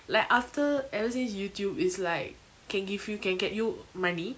like after ever since youtube is like can give you can get you money